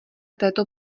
této